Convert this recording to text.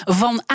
van